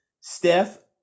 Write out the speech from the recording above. steph